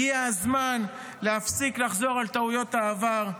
הגיע הזמן להפסיק לחזור על טעויות העבר.